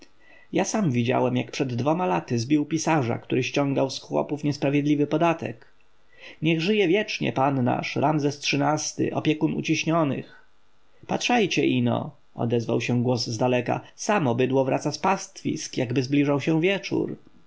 ja sam widziałem jak przed dwoma laty zbił pisarza który ściągał z chłopów niesprawiedliwy podatek niech żyje wiecznie pan nasz ramzes xiii-ty opiekun uciśnionych patrzajcie ino odezwał się głos zdaleka samo bydło wraca z pastwisk jakby zbliżał się wieczór